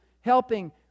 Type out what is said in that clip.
helping